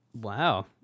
Wow